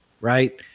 right